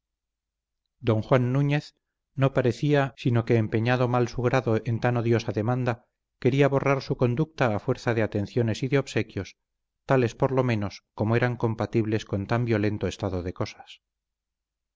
don juan núñez no parecía sino que empeñado mal su grado en tan odiosa demanda quería borrar su conducta a fuerza de atenciones y de obsequios tales por lo menos como eran compatibles con tan violento estado de cosas